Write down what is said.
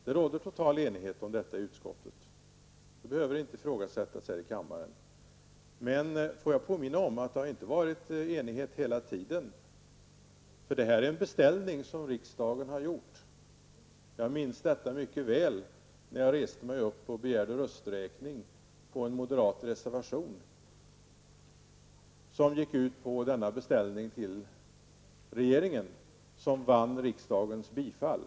Det råder en total enighet om detta i utskottet, så det behöver inte ifrågasättas här i kammaren. Jag vill påminna om att det inte har rått enighet hela tiden. Detta är en beställning som riksdagen har gjort. Jag minns mycket väl när jag begärde rösträkning på en moderat reservation, som gick ut på denna beställning till regeringen. Reservationen vann riksdagens bifall.